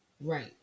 Right